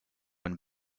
and